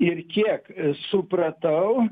ir kiek supratau